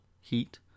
heat